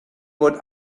would